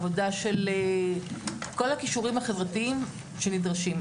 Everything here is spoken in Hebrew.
עבודה של כל הכישורים החברתיים שנדרשים.